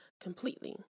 completely